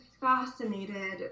fascinated